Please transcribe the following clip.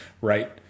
right